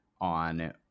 on